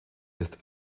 ist